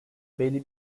belli